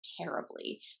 terribly